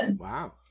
Wow